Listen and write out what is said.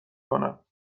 کنم